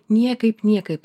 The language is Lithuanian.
niekaip niekaip